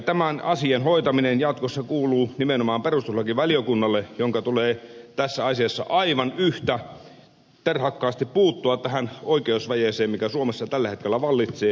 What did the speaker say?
tämän asian hoitaminen jatkossa kuuluu nimenomaan perustuslakivaliokunnalle jonka tulee tässä asiassa aivan yhtä terhakkaasti puuttua tähän oikeusvajeeseen joka suomessa tällä hetkellä vallitsee